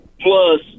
Plus